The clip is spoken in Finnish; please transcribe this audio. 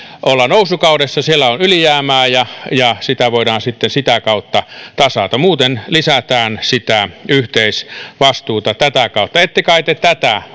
nousukaudessa siellä on ylijäämää ja ja sitä voidaan sitten sitä kautta tasata muuten lisätään yhteisvastuuta tätä kautta ette kai te tätä